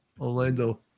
Orlando